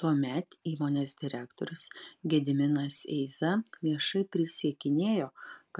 tuomet įmonės direktorius gediminas eiza viešai prisiekinėjo